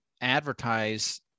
advertise